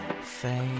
fade